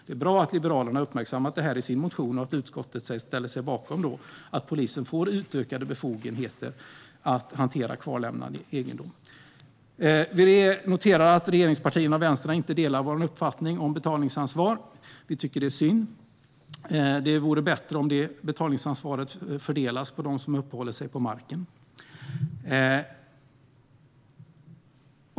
Det är bra att Liberalerna uppmärksammat detta i sin motion och att utskottet ställer sig bakom att polisen får utökade befogenheter att hantera kvarlämnad egendom. Vi noterar att regeringspartierna och Vänstern inte delar vår uppfattning om betalningsansvar; det tycker vi är synd. Det vore bättre om betalningsansvaret fördelades på dem som uppehåller sig på marken.